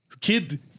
kid